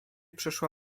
przyszła